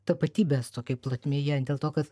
tapatybės tokioj plotmėje dėl to kad